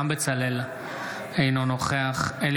אינו נוכח אברהם בצלאל,